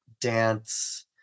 dance